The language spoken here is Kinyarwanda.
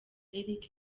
eric